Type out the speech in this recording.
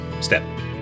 Step